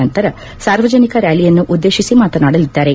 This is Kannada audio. ನಂತರ ಸಾರ್ವಜನಿಕ ರ್ಾಲಿಯನ್ನು ಉದ್ದೇತಿಸಿ ಮಾತನಾಡಲಿದ್ದಾರೆ